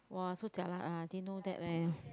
!wah! so jialat ah I didn't know that leh